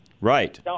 Right